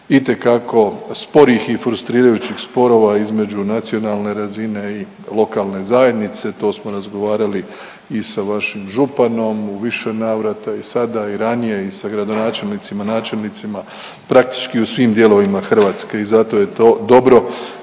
itekako sporih i frustrirajućih sporova između nacionalne razine i lokalne zajednice. To smo razgovarali i sa vašim županom u više navrata i sada i ranije i sa gradonačelnicima, načelnicima, praktički u svim dijelovima Hrvatske i zato je to dobro